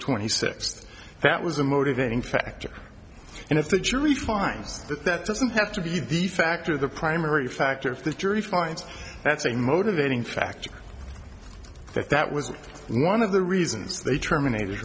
twenty sixth that was a motivating factor and if the jury finds that that doesn't have to be the factor the primary factor if the jury finds that's a motivating factor that that was one of the reasons they terminated